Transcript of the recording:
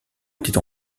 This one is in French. étaient